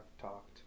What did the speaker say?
talked